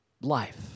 life